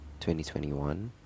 2021